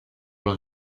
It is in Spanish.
los